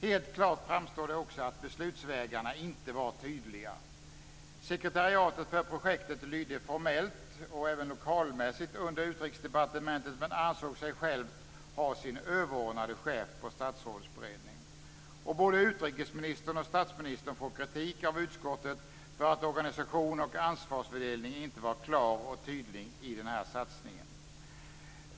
Helt klart framstår det också att beslutsvägarna inte var tydliga. Sekretariatet för projektet lydde formellt och även lokalmässigt under Utrikesdepartementet men ansåg sig självt ha sin överordnade chef på Statsrådsberedningen. Och både utrikesministern och statsministern får kritik av utskottet för att organisation och ansvarsfördelning inte var klar och tydlig i den här satsningen.